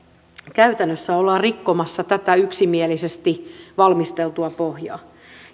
käytännössä ollaan rikkomassa tätä yksimielisesti valmisteltua pohjaa